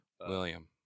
William